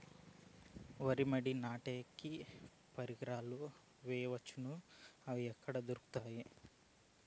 వరి మడి నాటే కి ఏ పరికరాలు తో వేయవచ్చును అవి ఎక్కడ దొరుకుతుంది?